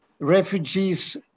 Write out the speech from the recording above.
refugees